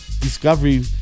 discovery